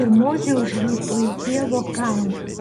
ir mozė užlipo į dievo kalną